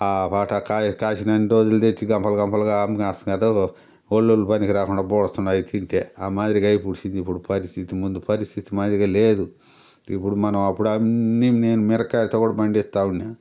పాట కాయ కాసిననన్ని రోజులు తెచ్చి గంపలు గంపలుగా అమ్ముకొనేస్తున్నేరు వొళ్ళులు పనికి రాకుండా పూడుస్తున్నాయ్ తింటే ఆ మాదిరిగా అయిపూడ్చింది ఇప్పుడు పరిస్థితి ముందు పరిస్థితి మాదిరిగా లేదు ఇప్పుడు మనం అప్పుడన్నీ నేను మిరక్కాయతో కూడా పండిస్తా ఉన్నే